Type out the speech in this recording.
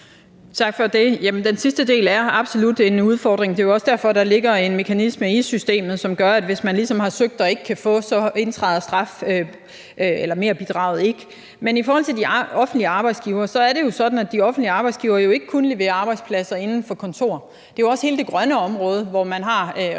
sidste del er absolut en udfordring, og det er jo også derfor, der er en mekanisme i systemet, som gør, at hvis man ligesom har søgt og ikke har kunnet få en plads, så indtræder merbidraget ikke. Men i forhold til de offentlige arbejdsgivere er det jo sådan, at de offentlige arbejdsgivere ikke kun leverer inden for kontor; det er jo også inden for hele det grønne område, hvor man har